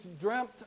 dreamt